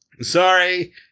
Sorry